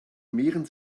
mehren